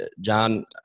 John